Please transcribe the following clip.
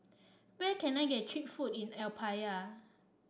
where can I get cheap food in Apia